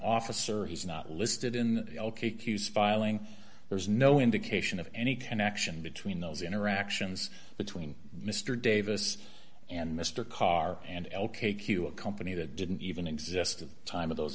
officer he's not listed in the hughes filing there's no indication of any connection between those interactions between mr davis and mr carr and l k q a company that didn't even exist at the time of those